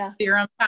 serum